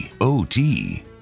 OT